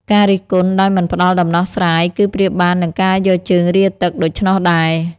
ការរិះគន់ដោយមិនផ្ដល់ដំណោះស្រាយ គឺប្រៀបបាននឹងការយកជើងរាទឹកដូច្នោះដែរ។